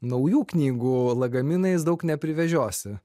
naujų knygų lagaminais daug neprivežiosi